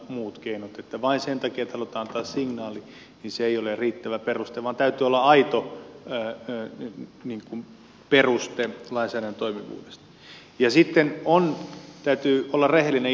vain se että halutaan antaa signaali ei ole riittävä peruste vaan täytyy olla aito peruste lainsäädännön toimivuudelle ja sitten täytyy olla rehellinen itselleen